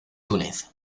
túnez